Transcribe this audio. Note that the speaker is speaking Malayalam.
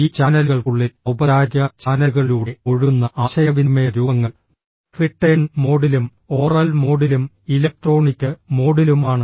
ഈ ചാനലുകൾക്കുള്ളിൽ ഔപചാരിക ചാനലുകളിലൂടെ ഒഴുകുന്ന ആശയവിനിമയ രൂപങ്ങൾ റിട്ടേൺ മോഡിലും ഓറൽ മോഡിലും ഇലക്ട്രോണിക് മോഡിലുമാണ്